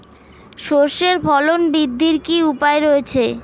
সর্ষের ফলন বৃদ্ধির কি উপায় রয়েছে?